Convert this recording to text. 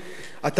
אתה מבין?